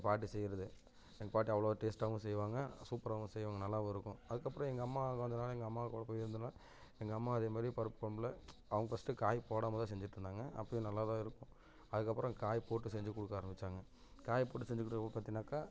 எங்கள் பாட்டி செய்கிறது எங்கள் பாட்டி அவ்வளோ டேஸ்ட்டாகவும் செய்வாங்க சூப்பராகவும் செய்வாங்க நல்லாவும் இருக்கும் அதுக்கப்பறம் எங்கள் அம்மா கொஞ்சம் நாள் எங்கள் அம்மா கூட போய் வந்தோடன எங்கள் அம்மா அதே மாதிரி பருப்பு குழம்புல அவங்க ஃபஸ்டு காய் போடாமல்தான் செஞ்சிட்டிருந்தாங்க அப்போயும் நல்லாதான் இருக்கும் அதுக்கப்புறம் காய் போட்டு செஞ்சுக் கொடுக்க ஆரம்மிச்சாங்க காய் போட்டு செஞ்சு கொடுக்கப்ப பார்த்திங்கன்னாக்கா